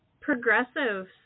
progressives